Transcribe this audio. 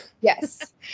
Yes